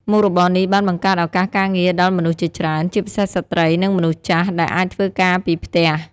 មុខរបរនេះបានបង្កើតឱកាសការងារដល់មនុស្សជាច្រើន ជាពិសេសស្ត្រី និងមនុស្សចាស់ ដែលអាចធ្វើការពីផ្ទះ។